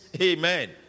Amen